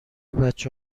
بچه